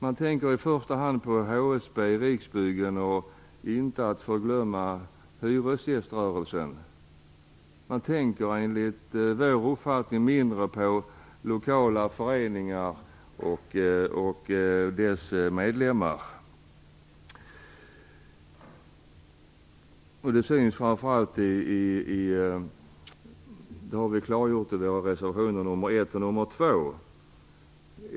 Man tänker i första hand på HSB, Riksbyggen och hyresgäströrelsen, inte att förglömma. Enligt vår uppfattning tänker man mindre på lokala föreningar och deras medlemmar. Det har vi klargjort i våra reservationer nr 1 och 2.